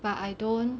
but I don't